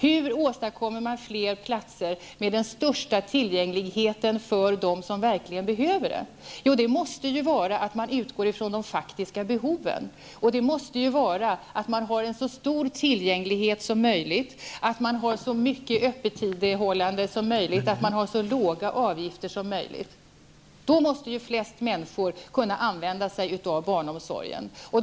Hur åstadkommer man då fler platser med den största tillgängligheten för dem som verkligen behöver det? Jo, det måste vara genom att man utgår från de faktiska behoven, och det måste vara genom att man har så stor tillgänglighet som möjligt, så mycket öppethållande som möjligt, så låga avgifter som möjligt. Då måste ju de flesta människor kunna använda sig av barnomsorgen.